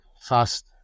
fast